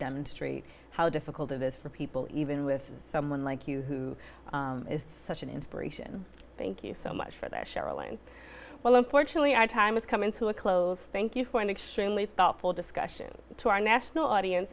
demonstrate how difficult it is for people even with someone like you who is such an inspiration thank you so much for that cheryl and well unfortunately our time is coming to a close thank you for an extremely thoughtful discussion to our national audience